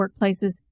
workplaces